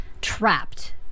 trapped